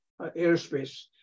airspace